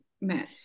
met